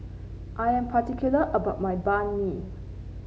I'm particular about my Banh Mi